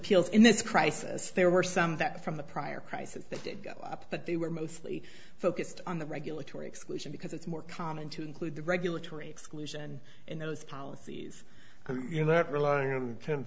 this crisis there were some that from the prior crisis that did go up but they were mostly focused on the regulatory exclusion because it's more common to include the regulatory exclusion in those policies are you not relying on